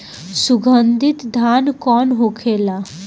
सुगन्धित धान कौन होखेला?